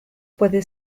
puede